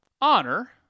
honor